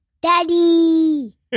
Daddy